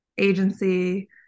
agency